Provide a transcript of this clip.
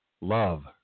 Love